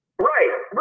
right